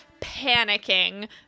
panicking